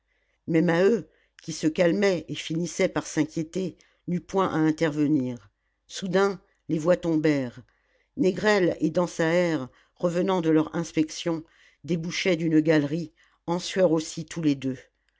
mais maheu qui se calmait et finissait par s'inquiéter n'eut point à intervenir soudain les voix tombèrent négrel et dansaert revenant de leur inspection débouchaient d'une galerie en sueur aussi tous les deux